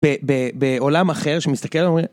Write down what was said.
ב... ב... בעולם אחר שמסתכל ואומר